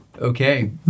Okay